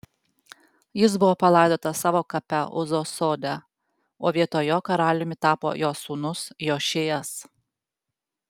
jis buvo palaidotas savo kape uzos sode o vietoj jo karaliumi tapo jo sūnus jošijas